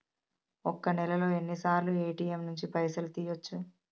ఒక్క నెలలో ఎన్నిసార్లు ఏ.టి.ఎమ్ నుండి పైసలు తీయచ్చు?